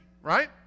right